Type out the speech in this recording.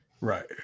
Right